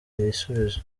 ibisubizo